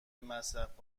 مصرف